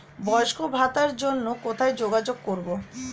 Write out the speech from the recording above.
বয়স্ক ভাতার জন্য কোথায় যোগাযোগ করব?